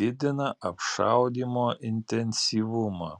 didina apšaudymo intensyvumą